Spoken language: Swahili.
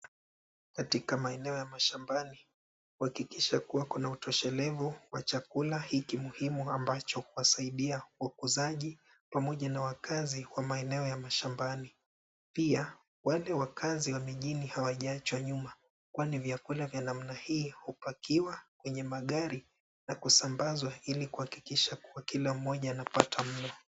Katika maeneo ya mashambi kuhakikisha kuwa kuna utoshelevu wa chakula hiki muhimu ambacho huwasaidia wakuzaji pamoja na wakaazi wa maeneo ya mashambani pia wale wakahazi wa mijini hawajaachwa nyuma kwani vyakula vya namna hii upakiwa kwenye magari na kusabazwa hili kuhakikisha kila mmoja anapata mlo.